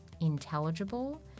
intelligible